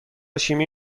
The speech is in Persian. شیمی